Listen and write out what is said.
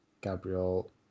Gabriel